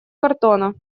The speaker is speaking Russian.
картона